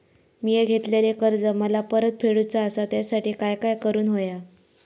मिया घेतलेले कर्ज मला परत फेडूचा असा त्यासाठी काय काय करून होया?